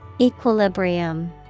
Equilibrium